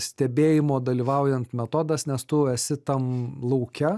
stebėjimo dalyvaujant metodas nes tu esi tam lauke